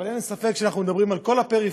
אבל אין לי ספק שאנחנו מדברים על כל הפריפריה.